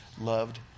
loved